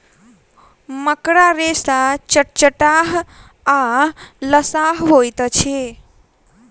मकड़ा रेशा चटचटाह आ लसाह होइत अछि